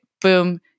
boom